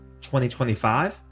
2025